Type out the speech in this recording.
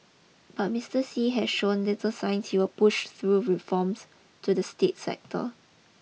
but Mister Xi has shown little sign he will push through reforms to the state sector